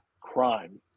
crime